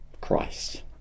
Christ